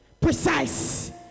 Precise